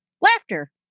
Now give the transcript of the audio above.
laughter